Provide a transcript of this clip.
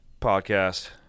podcast